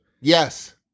Yes